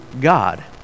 God